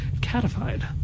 catified